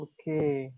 Okay